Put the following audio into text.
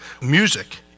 Music